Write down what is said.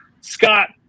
Scott